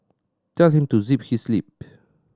tell him to zip his lip